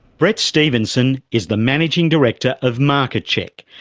brett stevenson is the managing director of market check,